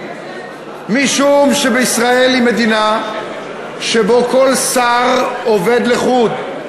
משום שישראל היא מדינה שבה כל שר עובד לחוד.